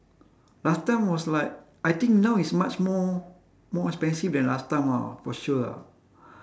last time was like I think now is much more more expensive than last time ah for sure ah